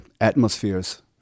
atmospheres